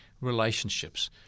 relationships